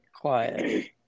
quiet